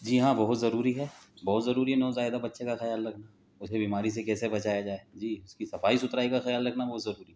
جی ہاں بہت ضروری ہے بہت ضروری ہے نوزائیدہ بچے کا خیال رکھنا اسے بیماری سے کیسے بچایا جائے جی اس کی صفائی ستھرائی کا خیال رکھنا بہت ضروری ہے